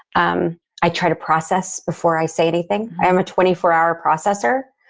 um i try to process before i say anything. i am a twenty four hour processor,